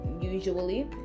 usually